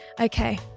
Okay